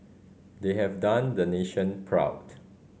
they have done the nation proud